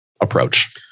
approach